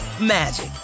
magic